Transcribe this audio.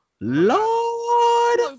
Lord